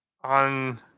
on